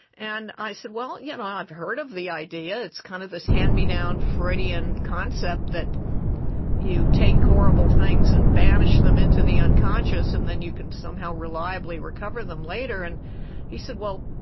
and i said, well, yeah i've heard of the idea, it's kind of this hand-me-down freudian concept that you take horrible things and banish them into the unconscious and then you can somehow reliably recover them later. and he said, well,